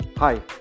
Hi